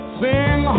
sing